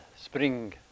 spring